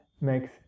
makes